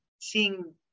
seeing